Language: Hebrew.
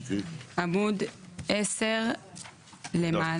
עמוד 10 למעלה.